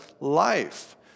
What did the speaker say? life